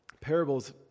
Parables